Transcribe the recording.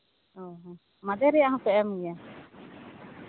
ᱚ ᱦᱚᱸ ᱢᱟᱫᱮ ᱨᱮᱭᱟᱜ ᱦᱚᱸᱯᱮ ᱮᱢ ᱜᱮᱭᱟ